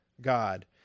God